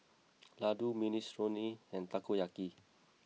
Ladoo Minestrone and Takoyaki